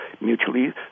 mutually